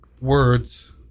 words